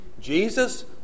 Jesus